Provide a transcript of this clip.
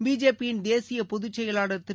பிஜேபியின் தேசிய பொதுச் செயலாளர் திரு